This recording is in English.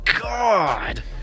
God